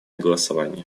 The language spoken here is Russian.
голосования